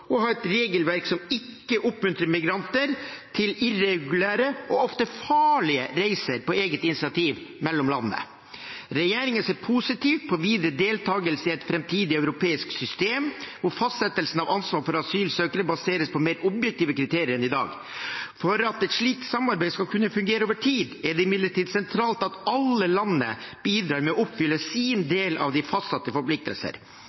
og for å ha et regelverk som ikke oppmuntrer migranter til irregulære, ofte farlige, reiser på eget initiativ mellom landene. Regjeringen ser positivt på videre deltakelse i et framtidig europeisk system hvor fastsettelse av ansvar for asylsøkere baseres på mer objektive kriterier enn i dag. For at et slikt samarbeid skal kunne fungere over tid, er det imidlertid sentralt at alle landene bidrar med å oppfylle sin